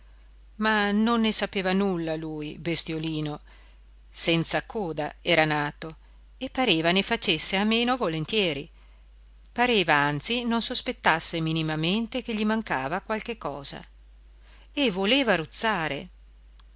ma non ne sapeva nulla lui bestiolino senza coda era nato e pareva ne facesse a meno volentieri pareva anzi non sospettasse minimamente che gli mancava qualche cosa e voleva